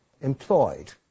employed